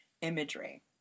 imagery